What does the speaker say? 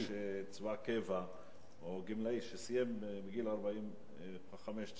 איש צבא קבע או גמלאי שסיים בגיל 45 את